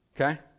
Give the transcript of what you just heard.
Okay